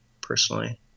personally